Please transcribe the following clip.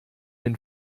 den